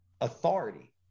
authority